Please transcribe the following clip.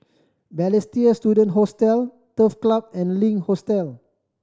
Balestier Student Hostel Turf Club and Link Hotel